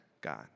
God